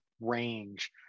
range